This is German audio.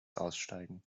aussteigen